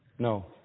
No